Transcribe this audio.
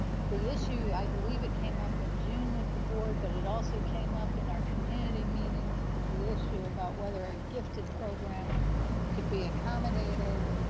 ah the issue, i believe it came up in june with the board but it also came up in our community meetings, was the issue about whether a gifted program could be accommodated.